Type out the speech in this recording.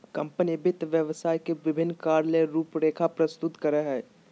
company वित्त व्यवसाय के विभिन्न कार्य ले रूपरेखा प्रस्तुत करय हइ